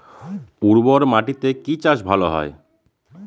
উর্বর মাটিতে কি চাষ ভালো হয়?